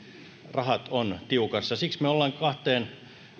rahat ovat tiukassa siksi me olemme